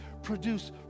produce